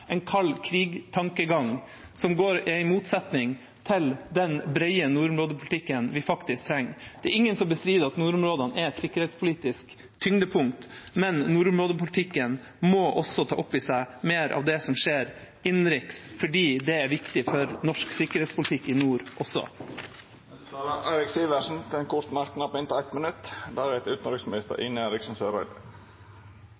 en kald krig-tankegang, som er en motsetning til den brede nordområdepolitikken vi faktisk trenger. Det er ingen som bestrider at nordområdene er et sikkerhetspolitisk tyngdepunkt, men nordområdepolitikken må også ta opp i seg mer av det som skjer innenriks, for det er viktig for norsk sikkerhetspolitikk i nord også. Representanten Eirik Sivertsen har hatt ordet to gonger tidlegare og får ordet til ein kort merknad, avgrensa til 1 minutt.